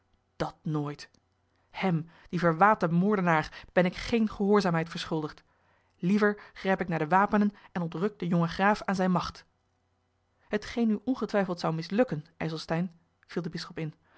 dat nooit hem dien verwaten moordenaar ben ik geene gehoorzaamheid verschuldigd liever grijp ik naar de wapenen en ontruk den jongen graaf aan zijne macht hetgeen u ongetwijfeld zou mislukken ijselstein viel de bisschop in